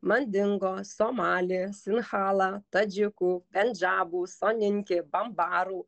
mandingo somali sinchala tadžikų bendžabų soninki bambarų